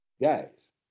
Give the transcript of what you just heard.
guys